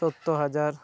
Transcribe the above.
ᱥᱳᱛᱛᱳᱨ ᱦᱟᱡᱟᱨ